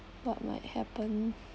what might happen